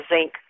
zinc